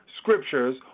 scriptures